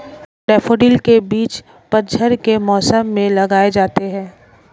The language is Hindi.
डैफ़ोडिल के बीज पतझड़ के मौसम में लगाए जाते हैं